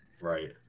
Right